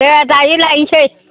दे दायो लायनोसै